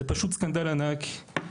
זה פשוט סקנדל ענק.